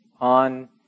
on